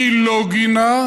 מי לא גינה?